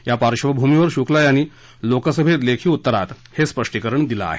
या पार्डभूमीवर शुक्ल यांनी लोकसभेत लेखी उत्तरात हे स्पष्टीकरण दिलं आहे